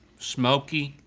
smoky.